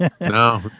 no